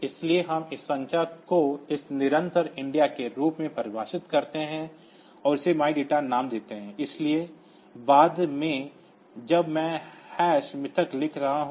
इसलिए हम इस संख्या को इस निरंतर India के रूप में परिभाषित करते हैं और इसे MyData नाम देते हैं इसलिए बाद में जब मैं हैश मिथक लिख रहा हूं